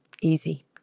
easy